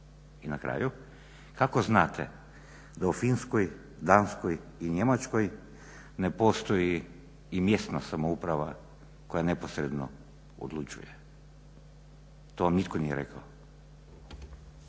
I na kraju, kako znate da u Finskoj, Danskoj i Njemačkoj ne postoji i mjesna samouprava koja neposredno odlučuje? To vam nitko nije rekao.